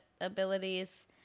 abilities